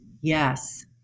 yes